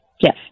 Yes